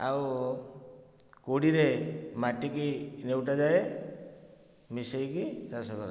ଆଉ କୋଡ଼ିରେ ମାଟିକୁ ଲେଉଟାଯାଏ ମିଶାଇକି ଚାଷ କରା